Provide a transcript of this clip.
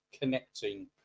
connecting